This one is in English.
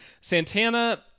Santana